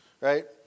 right